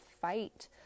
fight